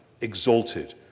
exalted